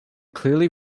clearly